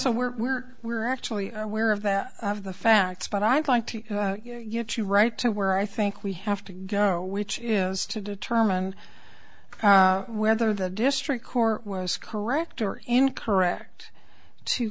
so we're we're we're actually aware of that of the facts but i'd like to get you right to where i think we have to go which is to determine whether the district court was correct or incorrect to